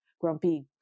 grumpy